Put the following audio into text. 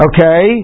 Okay